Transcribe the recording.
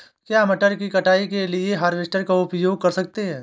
क्या मटर की कटाई के लिए हार्वेस्टर का उपयोग कर सकते हैं?